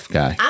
guy